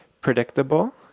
predictable